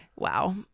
wow